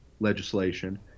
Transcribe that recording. legislation